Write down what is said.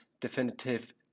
Definitive